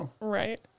Right